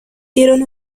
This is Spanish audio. dieron